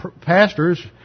pastors